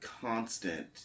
constant